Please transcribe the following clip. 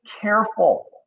careful